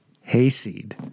hayseed